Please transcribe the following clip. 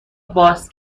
باز